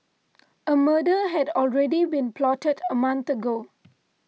a murder had already been plotted a month ago